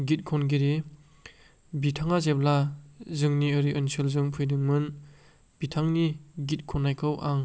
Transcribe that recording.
गित खनगिरि बिथाङा जेब्ला जोंनि ओरै ओनसोलजों फैदोंमोन बिथांनि गित खनायखौ आं